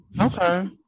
Okay